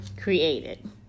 created